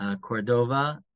Cordova